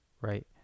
right